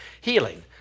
healing